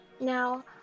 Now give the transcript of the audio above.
Now